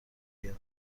بیاد